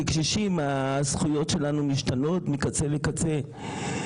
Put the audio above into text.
כקשישים הזכויות שלנו משתנות מקצה לקצה.